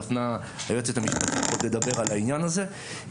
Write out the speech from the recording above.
דפנה היועמ"ש פה תדבר על העניין הזה.